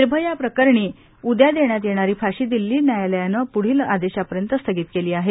निर्भया प्रकरणी उदया देण्यात येणारी फाशी दिल्ली न्यायालयानं प्ढील आदेशापर्येत स्थगित केली आहे